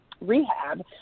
rehab